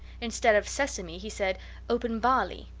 instead of sesame, he said open, barley!